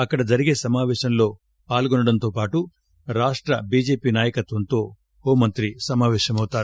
అక్కడ జరిగే సమాపేశంలో పాల్గొనడంతోపాటు రాష్ట బిజెపి నాయకత్వంతో హోంమంత్రి సమాపేశమౌతారు